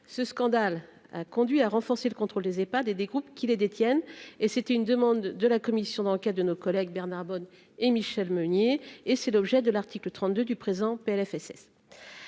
ce scandale a conduit à renforcer le contrôle des est pas des des groupes qui les détiennent et c'était une demande de la commission d'enquête de nos collègues Bernard Bonne et Michel Meunier et c'est l'objet de l'article 32 du présent Plfss